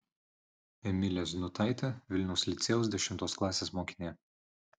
emilė znutaitė vilniaus licėjaus dešimtos klasės mokinė